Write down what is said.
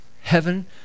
heaven